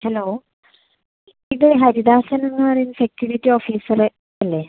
hello Haridasan എന്ന് പറയുന്ന security officer അല്ലേ